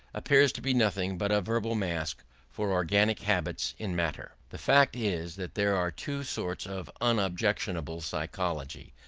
appears to be nothing but a verbal mask for organic habits in matter. the fact is that there are two sorts of unobjectionable psychology,